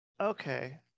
Okay